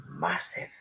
massive